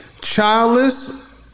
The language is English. Childless